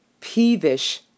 peevish